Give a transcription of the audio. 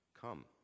Come